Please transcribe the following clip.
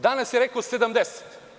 Danas je rekao 70.